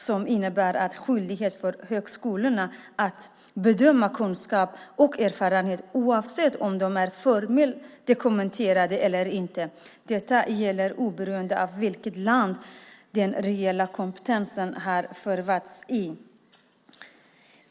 Det innebär en skyldighet för högskolorna att bedöma kunskaper och erfarenheter oavsett om de är formellt dokumenterade eller inte. Detta gäller oberoende av i vilket land den reella kompetensen har förvärvats.